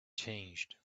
changed